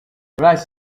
rice